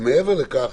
ומעבר לכך,